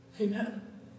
Amen